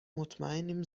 مطمئنیم